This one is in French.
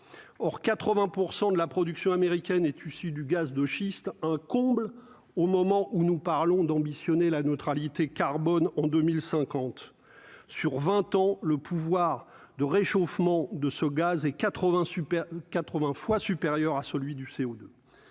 or 80 % de la production américaine est issu du gaz de schiste, un comble au moment où nous parlons d'ambitionner la neutralité carbone en 2050 sur 20 ans le pouvoir de réchauffement de ce gaz et 80 super 80 fois supérieur à celui du CO2